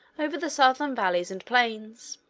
over the southern valleys and plains.